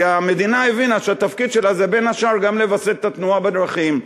כי המדינה הבינה שהתפקיד שלה זה בין השאר לווסת את התנועה בדרכים.